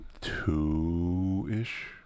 two-ish